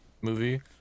movie